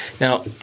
Now